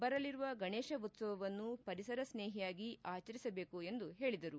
ಬರಲಿರುವ ಗಣೇಶ ಉತ್ಸವವನ್ನು ಪರಿಸರ ಸ್ನೇಹಿಯಾಗಿ ಆಚರಿಸಬೇಕು ಎಂದು ಹೇಳಿದರು